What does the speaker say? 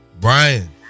Brian